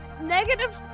Negative